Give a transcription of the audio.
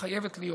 וחייבת להיות,